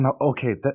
Okay